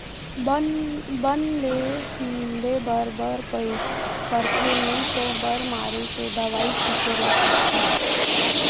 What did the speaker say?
बन ल निंदे बर परथे नइ तो बन मारे के दवई छिंचे ल परथे